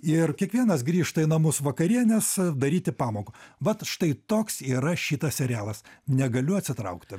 ir kiekvienas grįžta į namus vakarienės daryti pamokų vat štai toks yra šitas serialas negaliu atsitraukti